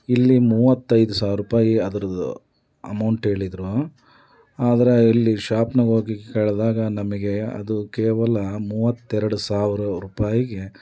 ಇಲ್ಲಿ ಮೂವತ್ತೈದು ಸಾವಿರ ರೂಪಾಯಿ ಅದರದ್ದು ಅಮೌಂಟ್ ಹೇಳಿದ್ರು ಆದರೆ ಇಲ್ಲಿ ಶಾಪಿಗೋಗಿ ಕೇಳಿದಾಗ ನಮಗೆ ಅದು ಕೇವಲ ಮೂವತ್ತೆರಡು ಸಾವಿರ ರೂಪಾಯಿಗೆ